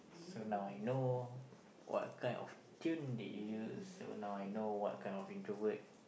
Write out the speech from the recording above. so now I know what kind of tune did you use so now I know what kind of introvert